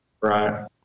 Right